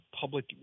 public